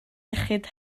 iechyd